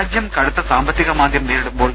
രാജ്യം കടുത്ത സാമ്പത്തിക മാന്ദ്യം നേരിടുമ്പോൾ